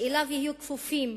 שיהיו כפופים